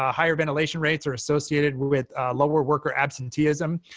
ah higher ventilation rates are associated with lower worker absenteeism.